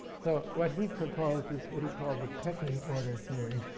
so, what he proposed is what he called the pecking order theory.